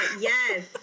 Yes